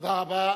תודה רבה.